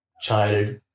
Child